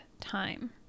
time